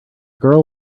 girl